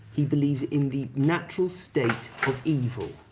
he believes in the natural state of evil,